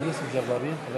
גם יוסף ג'בארין.